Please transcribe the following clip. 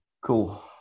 cool